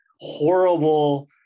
horrible